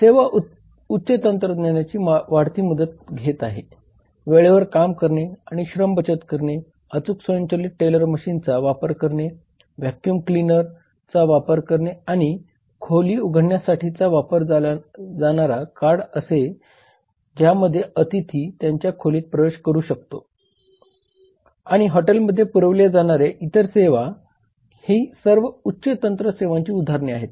सेवा उच्च तंत्रज्ञानाची वाढती मदत घेत आहेत वेळेवर काम करणे आणि श्रम बचत करणे अचूक स्वयंचलित टेलर मशीनचा वापर करणे व्हॅक्यूम क्लीनर चा वापर करणे किंवा खोली उघडण्यासाठीचा वापरला जाणारा कार्ड असेल ज्याद्वारे अतिथी त्याच्या खोलीत प्रवेश करू शकतो आणि हॉटेलमध्ये पुरविल्या जाणाऱ्या इतर सेवा ही सर्व उच्च तंत्र सेवांची उदाहरणे आहेत